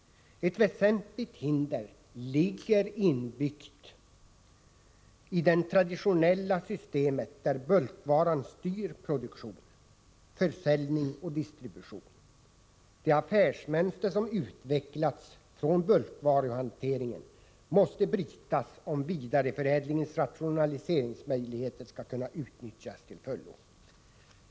Ett väsentligt hinder ligger inbyggt i det traditionella systemet, där bulkvaran styr produktion, försäljning och distribution. De affärsmönster som utvecklats från bulkvaruhanteringen måste brytas om vidareförädlingens rationaliseringsmöjligheter skall kunna utnyttjas till fullo.